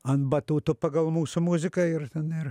ant batuto pagal mūsų muziką ir ten ir